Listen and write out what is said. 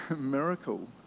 miracle